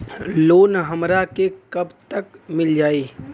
Loan हमरा के कब तक मिल जाई?